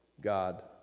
God